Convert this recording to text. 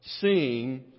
seeing